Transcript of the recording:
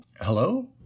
Hello